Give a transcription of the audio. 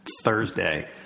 Thursday